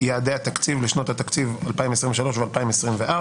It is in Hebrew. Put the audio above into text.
יעדי התקציב לשנות התקציב 2023 ו-2024).